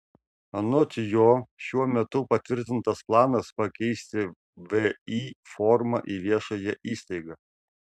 anot jo šiuo metu patvirtintas planas pakeisti vį formą į viešąją įstaigą